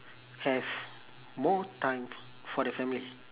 have more time for the family